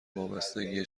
وابستگیه